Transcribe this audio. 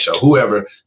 whoever